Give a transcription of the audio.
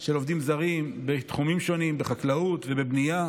של עובדים זרים בתחומים שונים, בחקלאות ובבנייה,